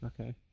Okay